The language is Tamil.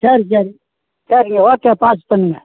சரி சரி சரி ஓகே பாஸ் பண்ணுங்க